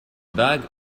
bag